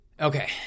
okay